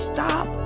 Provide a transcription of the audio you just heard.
Stop